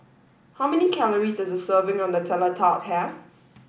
how many calories does a serving of Nutella Tart have